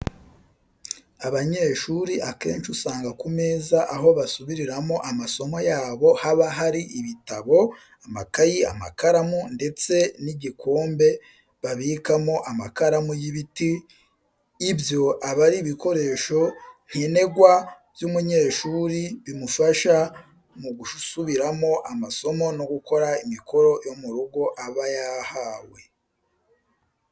Abanyeshuri akenshi usanga ku meza aho basubiriramo amasomo yabo haba hari ibitabo, amakayi, amakaramu ndetse n'igikombe babikamo amakaramu y'ibiti, ibyo abari ibikoresho ncyenerwa by'umunyeshuri bimufasha mu gusubiramo amasomo no gukora imikoro yo mu rugo aba yahawe.